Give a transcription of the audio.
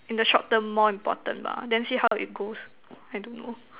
in the short term more important bah then see how it goes I don't know